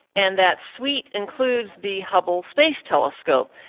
and that suite includes the hubble space telescope.